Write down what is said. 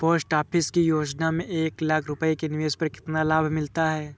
Post office की योजना में एक लाख रूपए के निवेश पर कितना लाभ मिलता है?